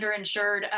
underinsured